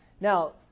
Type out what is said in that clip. Now